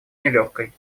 нелегкой